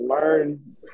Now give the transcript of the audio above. learn